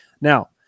Now